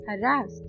harassed